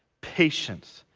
patience,